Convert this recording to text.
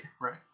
Right